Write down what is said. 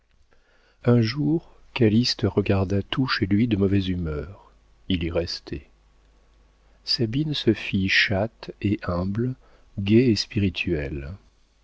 un jour calyste regarda tout chez lui de mauvaise humeur il y restait sabine se fit chatte et humble gaie et spirituelle